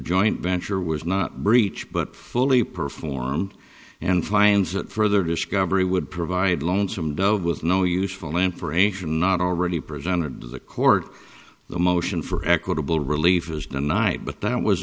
joint venture was not breach but fully performed and finds that further discovery would provide lonesome dove with no useful information not already presented to the court the motion for equitable relief was the night but that was